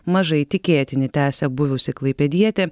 mažai tikėtini tęsia buvusi klaipėdietė